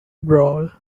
brawl